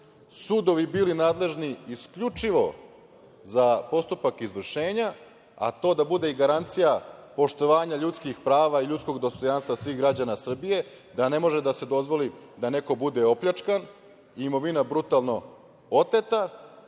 sudovi bili nadležni isključivo za postupak izvršenja, a to da bude i garancija poštovanja ljudskih prava i ljudskog dostojanstva svih građana Srbije, da ne može da se dozvoli da neko bude opljačkan i imovina brutalno oteta,